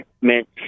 meant